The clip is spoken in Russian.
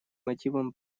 мотивам